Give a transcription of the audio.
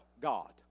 God